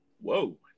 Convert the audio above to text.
whoa